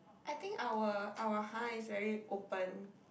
I think our our !huh! is very open